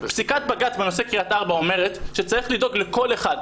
פסיקת בג"ץ בנושא קריית ארבע אומרת שצריך לדאוג לכל אחד.